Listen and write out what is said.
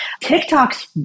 TikTok's